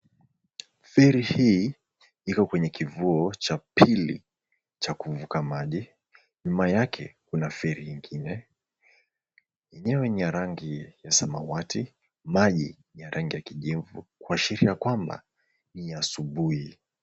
Feri hii iko kwenye kivuo cha pili cha kuvuka maji. Nyuma yake kuna feri ingine. Yenyewe ni ya rangi ya samawati, maji ni ya rangi ya kijivu kuashiria kwamba ni asubuhi.